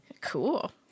Cool